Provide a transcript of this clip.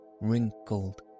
wrinkled